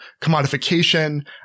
commodification